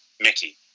Mickey